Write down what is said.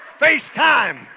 FaceTime